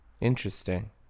Interesting